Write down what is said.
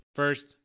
first